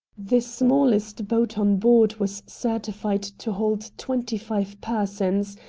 the smallest boat on board was certified to hold twenty-five persons,